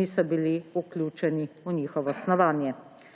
niso bili vključeni v njihovo snovanje.